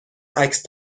عکس